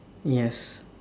yes